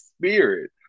spirit